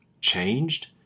changed